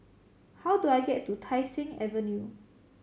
how do I get to Tai Seng Avenue